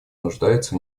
нуждается